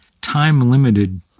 time-limited